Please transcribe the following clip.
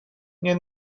nie